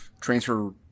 transfer